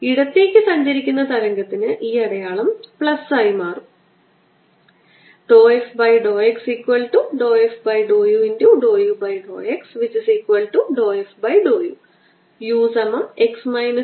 ഇടത്തേക്ക് സഞ്ചരിക്കുന്ന തരംഗത്തിന് ഈ അടയാളം പ്ലസ് ആയി മാറും